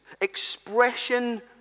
expression